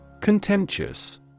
Contemptuous